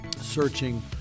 searching